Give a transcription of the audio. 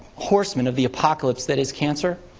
horsemen of the apocalypse that is cancer.